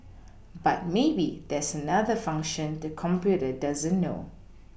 but maybe there's another function the computer doesn't know